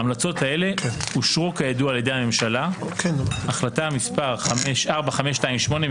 ההמלצות האלה אושרו כידוע על ידי הממשלה החלטה מס' 4528,